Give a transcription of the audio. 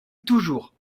toujours